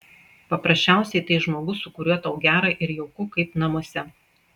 paprasčiausiai tai žmogus su kuriuo tau gera ir jauku kaip namuose